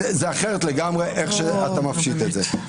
זה אחרת לגמרי, איך שאתה מפשיט את זה.